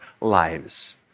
lives